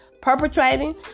perpetrating